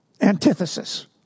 antithesis